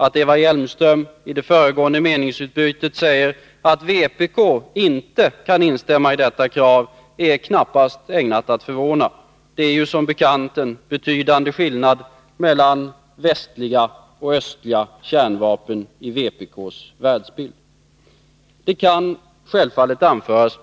Att Eva Hjelmström i det föregående meningsutbytet sade att vpk inte kan instämma i kravet är knappast ägnat att förvåna. Det är som bekant en betydande skillnad mellan västliga och östliga kärnvapen i vpk:s världsbild. Det kan givetvis anföras